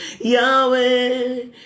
Yahweh